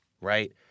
right